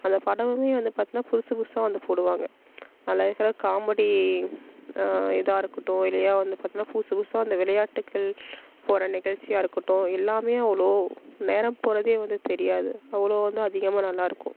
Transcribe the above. அதில் படமுமே வந்து பார்த்தனா புதுசு புதுசாக வந்து போடுவாங்க அதில் இருக்கிற காமெடி இதாக இருக்கட்டும் இல்லையா வந்து பார்த்தனா புதுசு புதுசாக அந்த விளையாட்டுக்கள் போடுகிற நிகழ்ச்சியாக இருக்கட்டும் எல்லாமே அவ்வளோ நேரம் போகறதே வந்து தெரியாது அவ்வளோ வந்து அதிகமாக நல்லா இருக்கும்